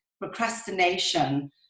procrastination